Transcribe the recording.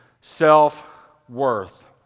self-worth